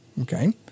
Okay